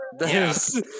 Yes